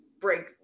break